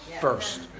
first